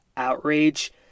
outrage